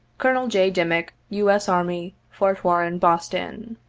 col. j. dimick, u. s. army, fort warren, boston